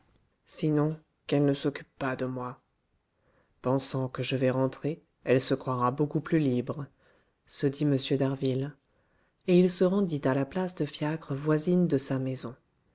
sinon qu'elle ne s'occupe pas de moi pensant que je vais rentrer elle se croira beaucoup plus libre se dit m d'harville et il se rendit à la place de fiacres voisine de sa maison